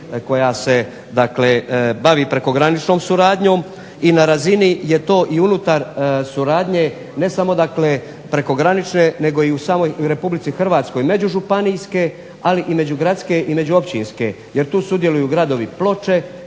koja se bavi prekograničnom suradnjom i na razini je to i unutar suradnje ne samo dakle, prekogranične nego i u samoj Republici Hrvatskoj međužupanijske ali i međugradske i međuopćinske jer tu sudjeluju gradovi Ploče,